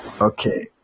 Okay